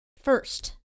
first